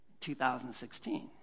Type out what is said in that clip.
2016